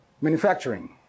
Manufacturing